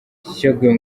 shyogwe